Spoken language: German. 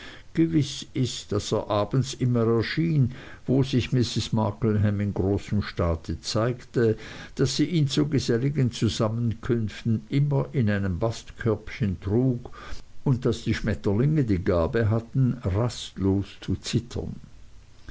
gewiß ist daß er abends immer erschien wo sich mrs markleham im großen staate zeigte daß sie ihn zu geselligen zusammenkünften immer in einem bastkörbchen trug und daß die schmetterlinge die gabe hatten rastlos zu zittern